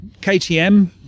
ktm